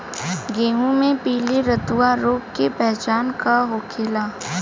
गेहूँ में पिले रतुआ रोग के पहचान का होखेला?